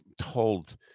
told